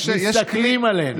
מסתכלים עלינו.